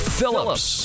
Phillips